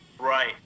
right